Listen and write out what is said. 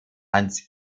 hanns